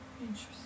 Interesting